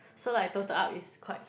so like total up is quite